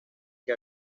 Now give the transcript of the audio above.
que